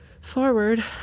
forward